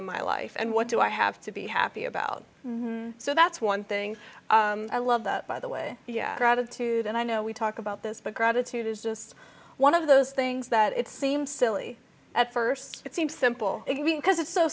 in my life and what do i have to be happy about so that's one thing i love that by the way yeah gratitude and i know we talk about this but gratitude is just one of those things that it seems silly at first it seems simple because it's so